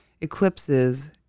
eclipses